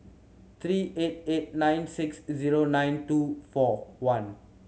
three eight eight nine six zero nine two four one